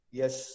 yes